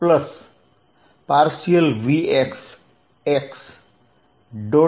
bcvx x